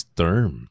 term